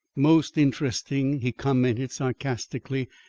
most interesting, he commented sarcastically.